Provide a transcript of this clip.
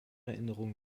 änderung